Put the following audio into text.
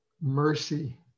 mercy